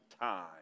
time